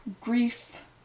grief